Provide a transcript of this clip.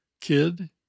Kid